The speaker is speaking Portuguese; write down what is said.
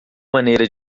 maneira